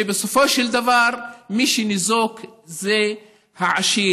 ובסופו של דבר מי שניזוק זה העשיר,